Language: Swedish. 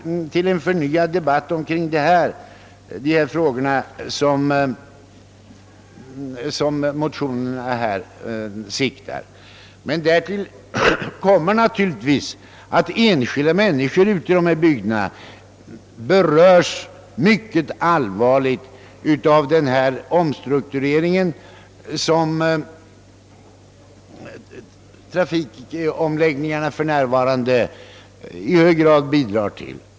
Det är just till en förnyad debatt kring dessa frågor som motionerna siktar. Men därtill kommer naturligtvis att enskilda människor ute i dessa bygder mycket allvarligt berörs av den omstrukturering som trafikomläggningarna för närvarande i hög grad bidrar till.